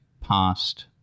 past